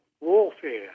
warfare